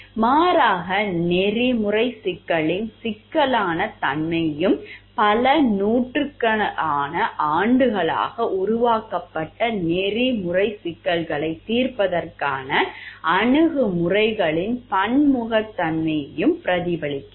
மாறாக நெறிமுறை சிக்கல்களின் சிக்கலான தன்மையையும் பல நூற்றாண்டுகளாக உருவாக்கப்பட்ட நெறிமுறை சிக்கல்களைத் தீர்ப்பதற்கான அணுகுமுறைகளின் பன்முகத்தன்மையையும் பிரதிபலிக்கிறது